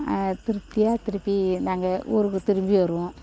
திருப்தியாக திருப்பி நாங்கள் ஊருக்கு திரும்பி வருவோம்